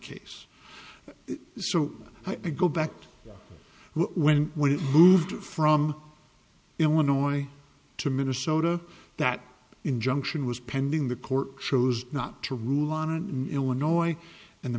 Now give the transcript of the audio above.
case so i go back to when when it moved from illinois to minnesota that injunction was pending the court chose not to rule on an illinois and the